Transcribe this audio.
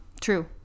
True